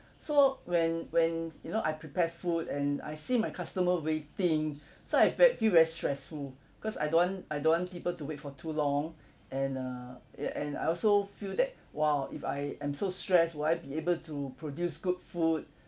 so when when you know I prepare food and I see my customer waiting so I ve~ feel very stressful because I don't want I don't want people to wait for too long and err y~ and I also feel that !wow! if I am so stress will be able to produce good food